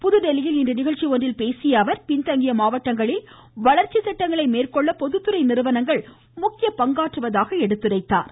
புதுதில்லியில் இன்று நிகழ்ச்சி ஒன்றில் பேசிய அவர் பின்தங்கிய மாவட்டங்களில் வளர்ச்சி திட்டங்களை மேற்கொள்ள பொதுத்துறை நிறுவனங்கள் முக்கிய பங்காற்றுவதாக கூறினார்